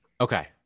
okay